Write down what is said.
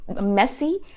messy